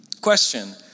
Question